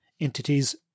entities